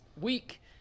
week